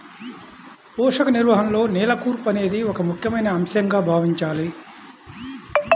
పోషక నిర్వహణలో నేల కూర్పు అనేది ఒక ముఖ్యమైన అంశంగా భావించాలి